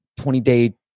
20-day